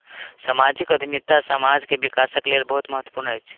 सामाजिक उद्यमिता समाज के विकासक लेल बहुत महत्वपूर्ण अछि